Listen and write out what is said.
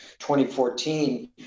2014